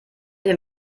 den